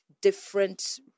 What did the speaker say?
Different